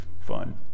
fun